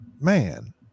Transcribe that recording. man